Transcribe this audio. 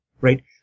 right